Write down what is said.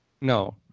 No